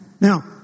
Now